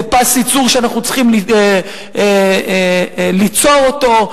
זה פס ייצור שאנחנו צריכים ליצור אותו,